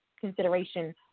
consideration